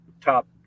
top